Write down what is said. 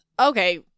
okay